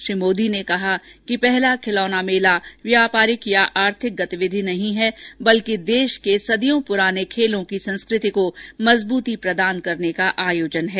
श्री मोदी ने कहा कि पहला खिलौना मेला व्यापारिक या आर्थिक गतिविधि नहीं है बल्कि देश के सदियों पुराने खेलों की संस्कृति को मजबूती प्रदान करने का आयोजन है